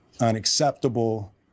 unacceptable